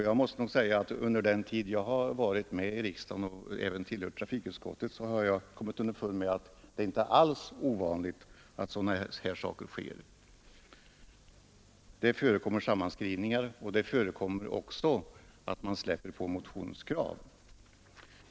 Jag måste nog säga att under den tid jag varit med i riksdagen och även tillhört trafikutskottet så har jag kommit underfund med att det inte alls är ovanligt att sådana här saker inträffar. Det förekommer sammanskrivningar, och det förekommer också att man släpper på motionskrav.